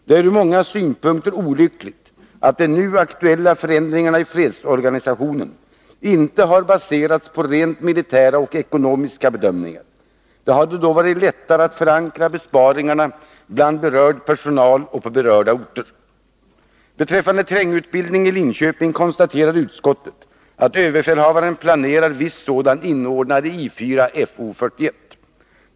Det är ur många synpunkter olyckligt att de nu aktuella förändringarna i fredsorganisationen inte har baserats på rent militära och ekonomiska bedömningar — det hade då varit lättare att förankra besparingarna bland berörd personal och på berörda orter. Beträffande trängutbildning i Linköping konstaterar utskottet att överbefälhavaren planerar viss sådan inordnad i I 4/Fo 41.